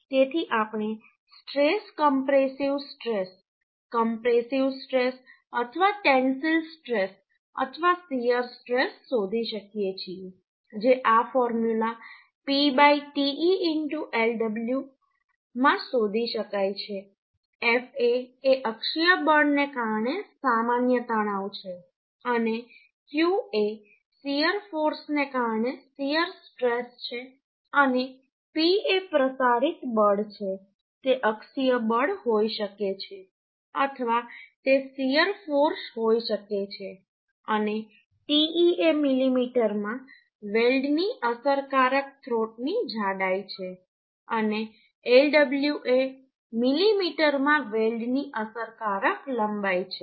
તેથી આપણે stress compressive stress compressive stress અથવા ટેન્સિલ સ્ટ્રેસ અથવા શીયર સ્ટ્રેસ શોધી શકીએ છીએ જે આ ફોર્મ્યુલા P te Lw માં શોધી શકાય છે fa એ અક્ષીય બળને કારણે સામાન્ય તણાવ છે અને q એ શીયર ફોર્સને કારણે શીયર સ્ટ્રેસ છે અને P એ પ્રસારિત બળ છે તે અક્ષીય બળ હોઈ શકે છે અથવા તે શીયર ફોર્સ હોઈ શકે છે અને te એ મિલિમીટરમાં વેલ્ડની અસરકારક થ્રોટની જાડાઈ છે અને Lw એ મિલિમીટરમાં વેલ્ડની અસરકારક લંબાઈ છે